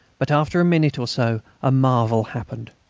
but after a minute or so a marvel happened.